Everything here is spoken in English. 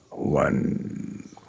One